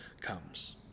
comes